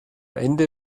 ende